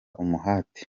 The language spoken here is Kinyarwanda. umuhate